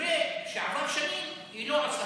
במקרה שעברו שנים, היא לא עשתה.